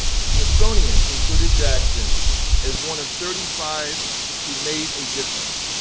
smithsonian included jackson as one of thirty five who made a difference.